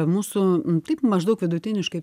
mūsų taip maždaug vidutiniškai